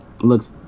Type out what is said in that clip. looks